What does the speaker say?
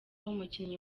umukinnyi